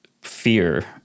fear